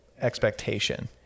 expectation